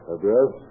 Address